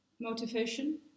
motivation